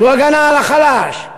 זו הגנה על החלש,